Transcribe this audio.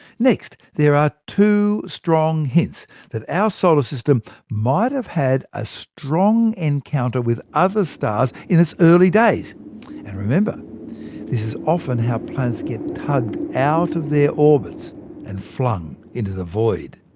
next, there are two strong hints that our solar system might have had a strong encounter with other stars in its early days and this is often how planets get tugged out of their orbits and flung into the void!